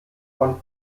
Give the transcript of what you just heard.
von